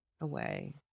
away